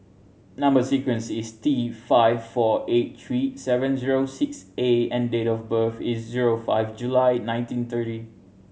number sequence is T five four eight three seven zero six A and date of birth is zero five July nineteen thirty